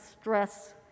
stress